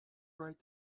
write